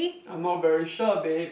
I'm not very sure babe